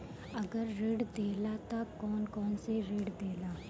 अगर ऋण देला त कौन कौन से ऋण देला?